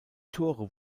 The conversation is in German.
tore